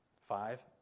Five